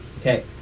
Okay